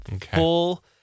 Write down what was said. full